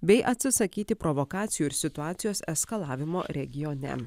bei atsisakyti provokacijų ir situacijos eskalavimo regione